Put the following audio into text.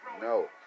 no